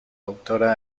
autora